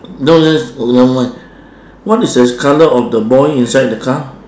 no no it's never mind what is the colour of the boy inside the car